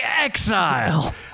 exile